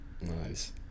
Nice